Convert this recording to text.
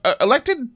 Elected